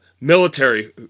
military